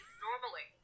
normally